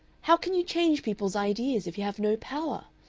how can you change people's ideas if you have no power?